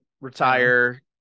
retire